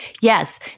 yes